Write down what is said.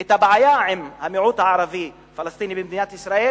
את הבעיה עם המיעוט הערבי-הפלסטיני במדינת ישראל,